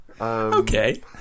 Okay